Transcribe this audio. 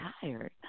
tired